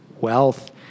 wealth